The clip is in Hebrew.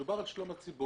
מדובר פה על שלום הציבור.